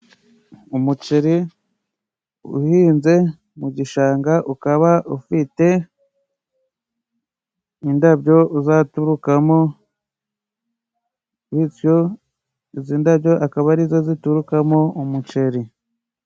Umuceri uhinze mu gishanga ukaba ufite indabyo uzaturukamo bityo izi ndabyo akaba ari zo ziturukamo umuceri.